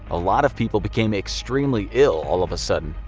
a lot of people became extremely ill all of a sudden.